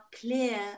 clear